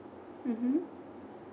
mmhmm